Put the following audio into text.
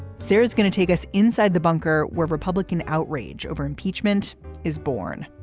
sarah is going to take us inside the bunker where republican outrage over impeachment is born.